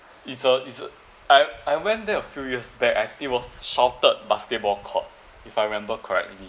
it's a it's a I I went there a few years back and it was sheltered basketball court if I remember correctly